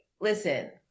Listen